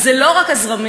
אז זה לא רק הזרמים,